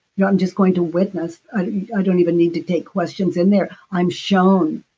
yeah i'm just going to witness. i don't even need to take questions in there, i'm shown,